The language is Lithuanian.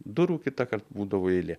durų kitąkart būdavo eilė